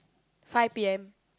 five p_m